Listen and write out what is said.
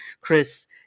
Chris